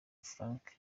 frank